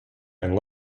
and